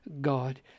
God